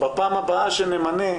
בפעם הבאה שנמנה,